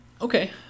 Okay